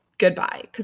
Goodbye